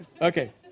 Okay